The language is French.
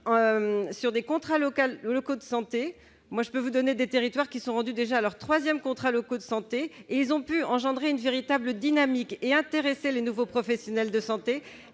oeuvre de contrats locaux de santé. Je puis vous citer des territoires qui en sont déjà à leur troisième contrat local de santé ; ils ont pu ainsi créer une véritable dynamique et intéresser de nouveaux professionnels de santé.